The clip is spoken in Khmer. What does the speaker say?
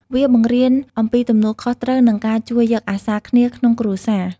វាបង្រៀនអំពីទំនួលខុសត្រូវ និងការជួយយកអាសារគ្នាក្នុងគ្រួសារ។